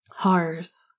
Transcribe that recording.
Hars